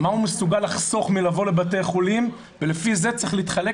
מה הוא מסוגל לחסוך מלבוא לבתי חולים ולפי זה התקציב צריך להתחלק,